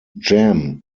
jam